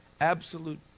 Absolute